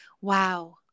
Wow